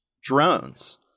drones